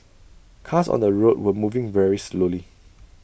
cars on the road were moving very slowly